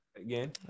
again